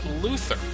Luther